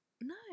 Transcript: No